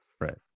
Right